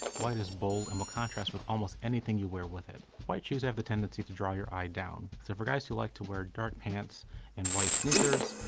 white is bold and will contrast with almost anything you wear with it. white shoes have the tendency to draw your eye down, so for guys who like to wear dark pants and white sneakers,